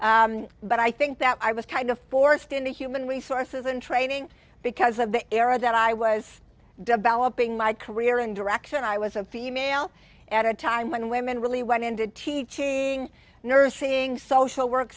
but i think that i was kind of forced into human resources and training because of the era that i was developing my career and direction i was a female at a time when women really went into teaching nurse seeing social work